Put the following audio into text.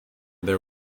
there